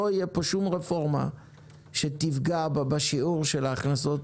לא תהיה פה שום רפורמה שתפגע בשיעור ההכנסות